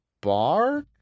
Bar